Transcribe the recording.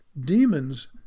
Demons